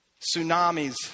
Tsunamis